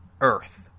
Earth